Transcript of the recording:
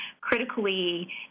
critically